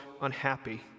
unhappy